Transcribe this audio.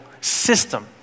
system